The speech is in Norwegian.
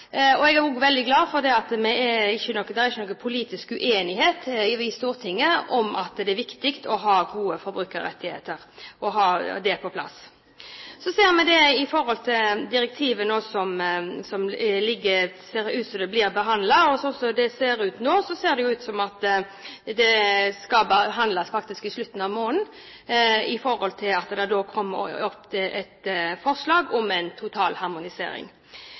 og slik skal det være. Jeg er også veldig glad for at det ikke er noen politisk uenighet i Stortinget om at det er viktig å ha på plass gode forbrukerrettigheter. Når det gjelder dette direktivet, ser det ut til at det faktisk skal behandles i slutten av måneden, og at det da kommer opp et forslag om en